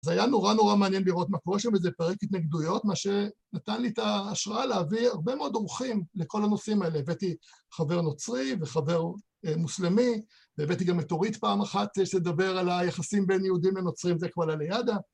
זה היה נורא נורא מעניין לראות מה קורה שם, וזה פרק התנגדויות, מה שנתן לי את ההשראה להביא הרבה מאוד אורחים לכל הנושאים האלה. הבאתי חבר נוצרי וחבר מוסלמי, והבאתי גם את אורית פעם אחת, צריך לדבר על היחסים בין יהודים לנוצרים, זה כבר ללידה.